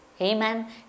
amen